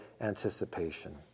anticipation